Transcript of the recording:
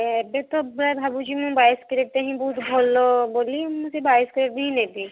ଏବେ ତ ପୁରା ଭାବୁଛି ବାଇଶ କାରେଟ୍ ଟା ହିଁ ବହୁତ ଭଲ ବୋଲି ମୁଁ ସେ ବାଇଶ କାରେଟ୍ ହିଁ ନେବି